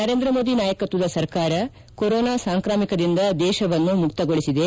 ನರೇಂದ್ರಮೋದಿ ನಾಯಕತ್ವದ ಸರ್ಕಾರ ಕೊರೊನಾ ಸಾಂಕ್ರಾಮಿಕದಿಂದ ದೇಶವನ್ನು ಮುಕ್ತಗೊಳಿಸಿದೆ